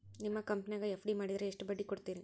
ನಿಮ್ಮ ಕಂಪನ್ಯಾಗ ಎಫ್.ಡಿ ಮಾಡಿದ್ರ ಎಷ್ಟು ಬಡ್ಡಿ ಕೊಡ್ತೇರಿ?